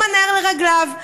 הם הנר לרגליו.